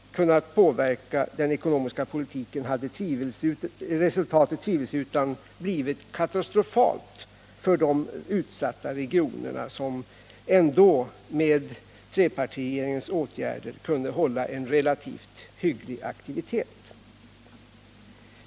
kunnat påverka den ekonomiska politiken hade resultatet tvivelsutan blivit katastrofalt för de utsatta regionerna som ändå med trepartiregeringens åtgärder kunde hålla en relativt hygglig aktivitet.